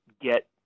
get